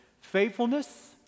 faithfulness